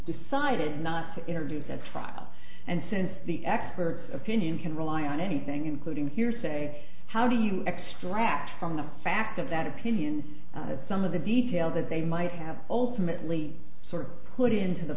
decided not to introduce at trial and since the expert opinion can rely on anything including hearsay how do you extract from the fact of that opinion that some of the details that they might have ultimately sort of put into the